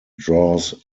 draws